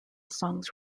songs